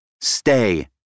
Stay